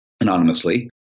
anonymously